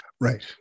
right